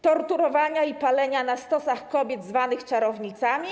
Torturowania i palenia na stosach kobiet zwanych czarownicami?